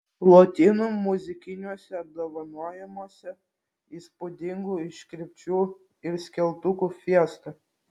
lotynų muzikiniuose apdovanojimuose įspūdingų iškirpčių ir skeltukų fiesta